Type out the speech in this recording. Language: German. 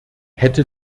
hätte